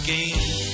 Game